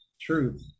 truth